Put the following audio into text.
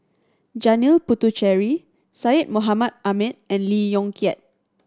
Janil Puthucheary Syed Mohamed Ahmed and Lee Yong Kiat